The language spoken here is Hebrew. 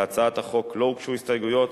להצעת החוק לא הוגשו הסתייגויות,